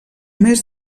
més